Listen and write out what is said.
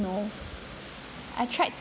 no I tried